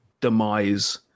demise